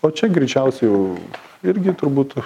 o čia greičiausiai jau irgi turbūt